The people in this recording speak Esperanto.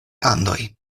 andoj